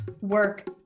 work